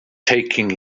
taking